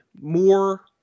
more